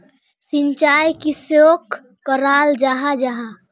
सिंचाई किसोक कराल जाहा जाहा?